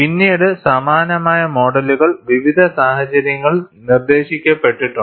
പിന്നീട് സമാനമായ മോഡലുകൾ വിവിധ സാഹചര്യങ്ങളിൽ നിർദ്ദേശിക്കപ്പെട്ടിട്ടുണ്ട്